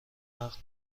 عقد